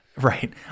right